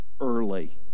Early